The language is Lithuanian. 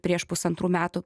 prieš pusantrų metų